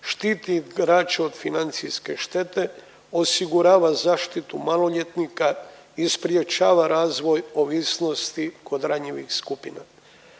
štiti igrača od financijske štete, osigurava zaštitu maloljetnika i sprječava razvoj ovisnosti kod ranjivih skupina.